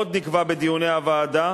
עוד נקבע בדיוני הוועדה